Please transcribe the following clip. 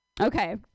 Okay